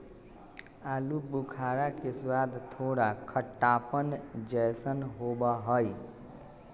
आलू बुखारा के स्वाद थोड़ा खट्टापन जयसन होबा हई